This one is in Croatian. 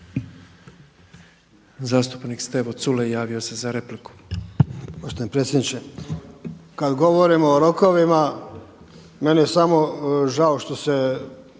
Zastupnik Stevo Culej javio se za repliku. **Culej, Stevo (HDZ)** Poštovani predsjedniče, kad govorimo o rokovima meni je samo žao što se